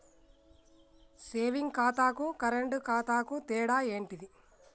Saving ఖాతాకు current ఖాతాకు తేడా ఏంటిది?